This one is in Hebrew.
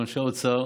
עם אנשי האוצר,